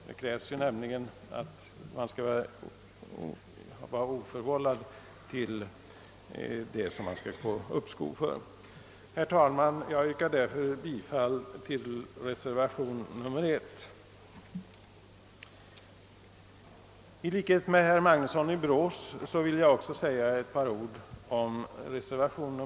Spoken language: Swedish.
Det kräves nämligen att man oförvållat skall ha råkat i den situation man åberopar som skäl för uppskov. Herr talman! Jag yrkar bifall till reservation 1. I likhet med herr Magnusson i Borås vill jag sedan också säga några ord om reservation 2.